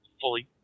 fully